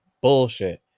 bullshit